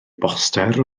boster